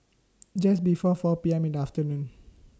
Just before four PM in The afternoon